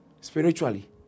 spiritually